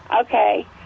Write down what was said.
Okay